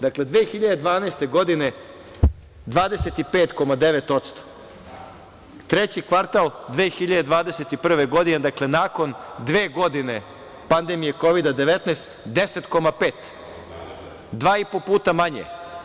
Dakle, 2012. godine – 25,9%, treći kvartal 2021. godine, dakle, nakon dve godine pandemije Kovid-19 – 10,5%, dva i po puta manje.